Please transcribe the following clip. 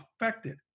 affected